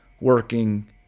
working